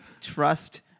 trust